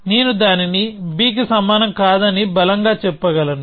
నేను దానిని b కి సమానం కాదని బలంగా చెప్పగలను